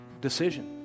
decision